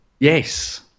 Yes